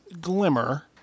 Glimmer